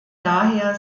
daher